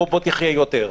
בוא תחייה יותר.